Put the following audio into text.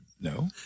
No